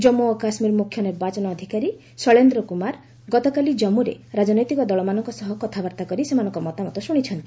କାମ୍ମୁ ଓ କାଶ୍ମୀର ମୁଖ୍ୟ ନିର୍ବାଚନ ଅଧିକାରୀ ଶୈଳେନ୍ଦ୍ର କୁମାର ଗତକାଲି ଜାମ୍ମୁରେ ରାଜନୈତିକ ଦଳମାନଙ୍କ ସହ କଥାବାର୍ତ୍ତା କରି ସେମାନଙ୍କ ମତାମତ ଶୁଣିଛନ୍ତି